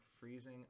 freezing